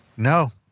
No